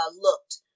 looked